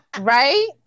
right